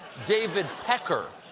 david pecker.